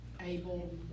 Able